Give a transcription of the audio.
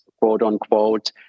quote-unquote